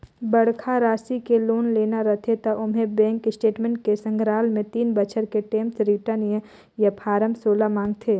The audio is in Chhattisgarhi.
बड़खा रासि के लोन लेना रथे त ओम्हें बेंक स्टेटमेंट के संघराल मे तीन बछर के टेम्स रिर्टन य फारम सोला मांगथे